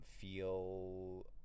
feel